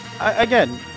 again